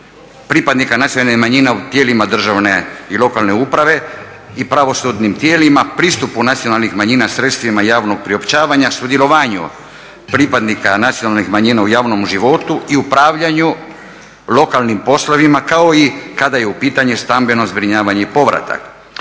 pripadnika nacionalnih manjina u tijelima državne i lokalne uprave i pravosudnim tijelima, pristupu nacionalnih manjina sredstvima javnog priopćavanja, sudjelovanju pripadnika nacionalnih manjina u javnom životu i upravljanju lokalnim poslovima kao i kada je u pitanju stambeno zbrinjavanje i povratak.